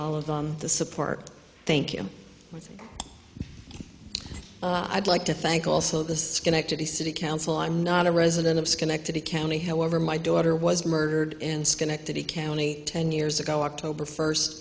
all of them the support thank you i'd like to thank also the schenectady city council i'm not a resident of schenectady county have over my daughter was murdered in schenectady county ten years ago october first